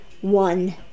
one